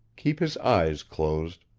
keep his eyes closed,